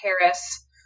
Harris